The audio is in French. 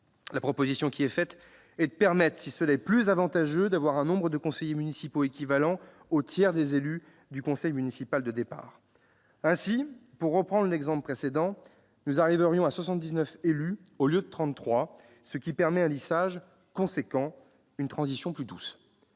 La proposition qui est faite est de permettre, si cela est plus avantageux, d'avoir un nombre de conseillers municipaux équivalent au tiers des élus du conseil municipal de départ. Ainsi, pour reprendre l'exemple précédent, nous aboutirions à 79 élus au lieu de 33, ce qui permet un lissage important, une transition plus douce.